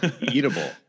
Eatable